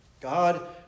God